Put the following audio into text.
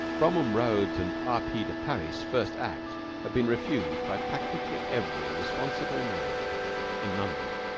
bromham rhodes' and r. p. de parys' first act had been refused by practically every responsible manager in london.